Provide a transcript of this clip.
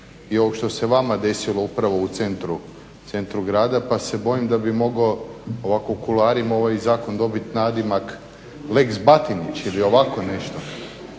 i ovog što se vama desilo upravo u centru grada pa se bojim da bi mogao ovako u kuloarima ovaj zakon dobiti nadimak lex Batinić ili ovako nešto.